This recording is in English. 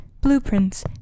blueprints